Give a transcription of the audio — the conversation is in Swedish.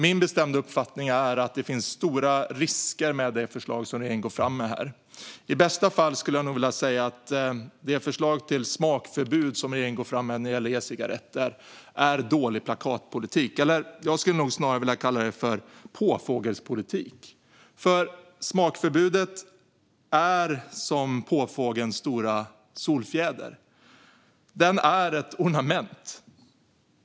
Min bestämda uppfattning är att det finns stora risker med det förslag som regeringen går fram med här. I bästa fall är det förslag till smakförbud som regeringen lägger fram när det gäller e-cigaretter dålig plakatpolitik, men jag skulle nog vilja kalla det för påfågelspolitik. Smakförbudet är som påfågelns stora solfjäder, ett ornament.